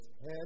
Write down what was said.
head